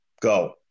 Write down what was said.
go